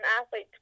athlete